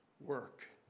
work